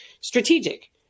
strategic